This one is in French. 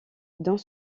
dans